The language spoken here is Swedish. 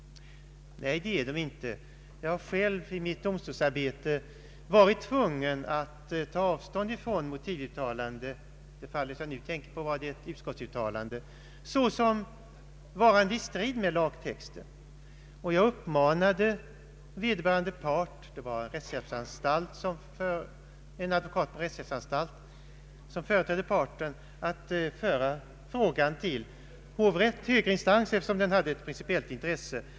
Nej, det är det inte. Jag har själv i mitt domstolsarbete varit tvungen att ta avstånd från ett motivuttalande — ett utskottsutalande — därför att det varit i strid med lagtexten. Jag uppmanade vederbörande part — det var en advokat vid en rättshjälpsanstalt som företrädde parten i fråga — att föra frågan vidare till högre instans eftersom den hade ett principiellt intresse.